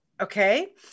Okay